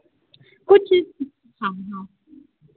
कुछ हाँ हाँ